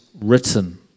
written